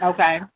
Okay